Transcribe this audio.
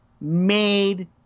made